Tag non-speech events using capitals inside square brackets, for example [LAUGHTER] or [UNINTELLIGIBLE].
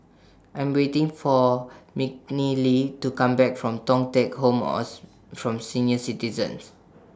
I Am waiting For [UNINTELLIGIBLE] to Come Back from Thong Teck Home [UNINTELLIGIBLE] from Senior Citizens